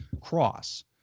cross